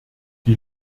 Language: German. die